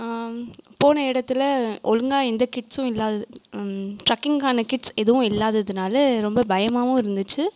போன இடத்துல ஒழுங்காக எந்த கிட்ஸும் இல்லாதது ட்ரக்கிங்கான கிட்ஸ் எதுவும் இல்லாததுனால் ரொம்ப பயமாகவும் இருந்துச்சு